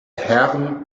herren